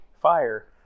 fire